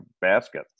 basket